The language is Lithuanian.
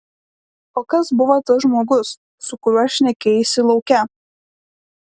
o kas buvo tas žmogus su kuriuo šnekėjaisi lauke